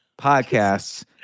podcasts